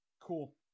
cool